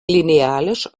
linealisch